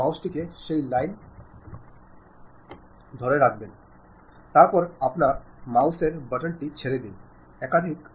positive image സൃഷ്ടിക്കാൻ ആശയവിനിമയതിനു സാധിക്കും